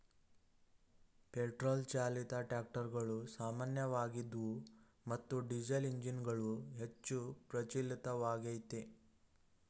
petrol ಚಾಲಿತ ಟ್ರಾಕ್ಟರುಗಳು ಸಾಮಾನ್ಯವಾಗಿದ್ವು ಮತ್ತು ಡೀಸೆಲ್ಎಂಜಿನ್ಗಳು ಹೆಚ್ಚು ಪ್ರಚಲಿತವಾಗಯ್ತೆ